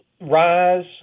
rise